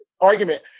argument